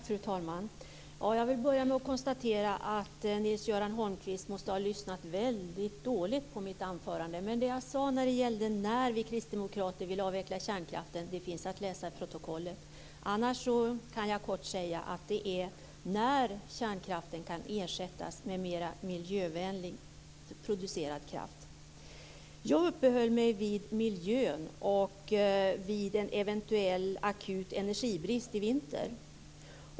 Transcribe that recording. Fru talman! Jag vill börja med att konstatera att Nils-Göran Holmqvist måste ha lyssnat väldigt dåligt på mitt anförande. Det jag sade när det gällde när vi kristdemokrater vill avveckla kärnkraften finns att läsa i protokollet. Annars kan jag kort säga att det är när kärnkraften kan ersättas med mer miljövänligt producerad kraft. Jag uppehöll mig vid miljön och vid en eventuell akut energibrist i vinter.